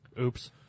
oops